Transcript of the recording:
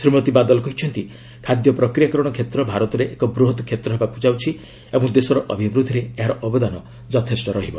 ଶ୍ରୀମତୀ ବାଦଲ କହିଛନ୍ତି ଖାଦ୍ୟ ପ୍ରକ୍ରିୟାକରଣ କ୍ଷେତ୍ର ଭାରତରେ ଏକ ବୂହତ୍ କ୍ଷେତ୍ର ହେବାକୁ ଯାଉଛି ଓ ଦେଶର ଅଭିବୂଦ୍ଧିରେ ଏହାର ଅବଦାନ ଯଥଷ୍ଟ ରହିବ